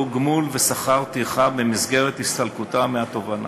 גמול ושכר טרחה במסגרת הסתלקותם מהתובענה,